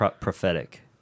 prophetic